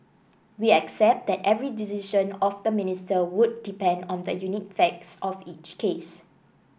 we accept that every decision of the Minister would depend on the unique facts of each case